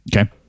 Okay